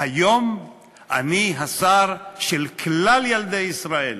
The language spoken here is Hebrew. היום אני השר של כלל ילדי ישראל.